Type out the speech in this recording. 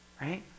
right